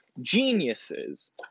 geniuses